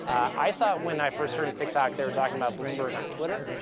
i thought when i first heard of tiktok they were talking about bloomberg on twitter.